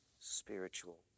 spiritual